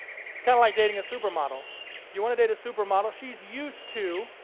it's kind of like dating a supermodel. if you want to date a supermodel, she's used to